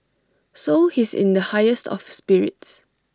so he's in the highest of spirits